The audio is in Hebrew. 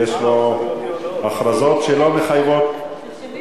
כי יש לו הכרזות שלא מחייבות הצבעה.